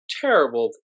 terrible